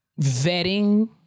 vetting